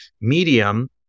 medium